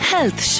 Health